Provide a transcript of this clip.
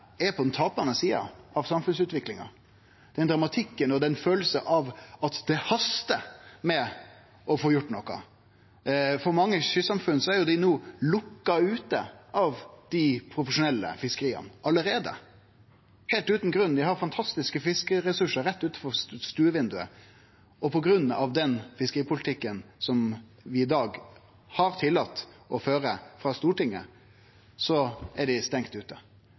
er på den tapande sida av samfunnsutviklinga – dramatikken og følelsen av at det hastar med å få gjort noko. Mange kystsamfunn er allereie lukka ute av dei profesjonelle fiskeria, heilt utan grunn. Dei har fantastiske fiskeressursar rett utanfor stuevindauget, og på grunn av den fiskeripolitikken vi har tillate Stortinget å føre, er dei stengde ute